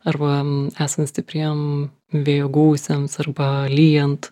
arba esant stipriem vėjo gūsiams arba lyjant